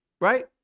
right